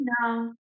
no